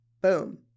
boom